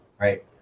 right